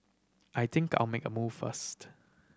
I think I'll make a move first